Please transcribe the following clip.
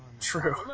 True